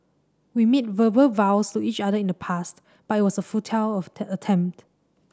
we made verbal vows to each other in the past but it was a futile of attempt